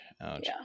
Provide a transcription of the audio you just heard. Ouch